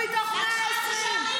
בבקשה,